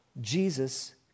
Jesus